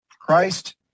Christ